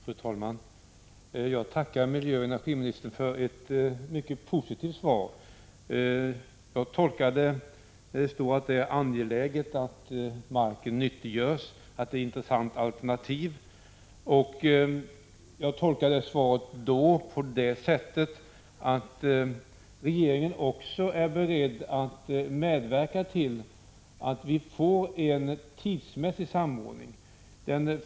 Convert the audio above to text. Fru talman! Jag tackar miljöoch energiministern för ett mycket positivt svar. Det står i svaret att det är angeläget att marken nyttiggörs och att det här gäller ett intressant alternativ. Jag tolkar svaret på det sättet att regeringen är beredd att medverka till att vi får en tidsmässig samordning.